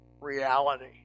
reality